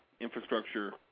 infrastructure